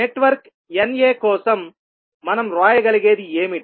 network Na కోసం మనం వ్రాయగలిగేది ఏమిటి